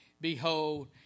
behold